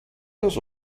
aus